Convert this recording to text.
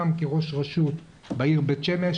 גם כראש רשות בעיר בית שמש.